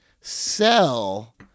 sell